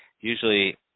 usually